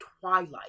twilight